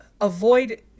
avoid